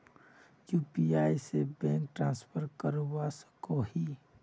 UPI से bank transfer करवा सकोहो ही?